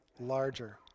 larger